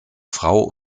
frau